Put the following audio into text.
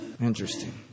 Interesting